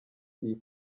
iyi